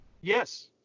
yes